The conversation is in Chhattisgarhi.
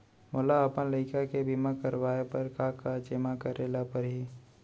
मोला अपन लइका के बीमा करवाए बर का का जेमा करे ल परही?